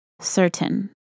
certain